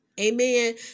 amen